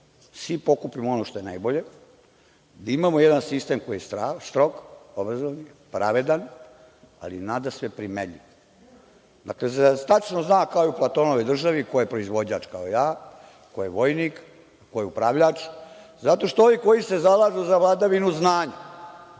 svi pokupimo ono što je najbolje, da imamo jedan sistem koji je strog, obrazovni, pravedan, ali nadasve primenljiv, da se tačno zna kao u Platonovoj „Državi“ ko je proizvođač, kao ja, ko je vojnik, ko je upravljač, zato što ovi koji se zalažu za vladavinu znanja